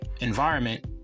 environment